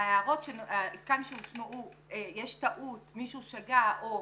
ההערות כאן שהושמעו, יש טעות, מישהו שגה או